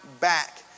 back